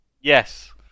Yes